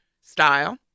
style